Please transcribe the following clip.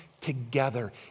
together